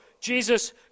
Jesus